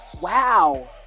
Wow